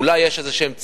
אולי יש ציפיות